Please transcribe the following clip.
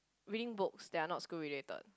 reading books that are not school related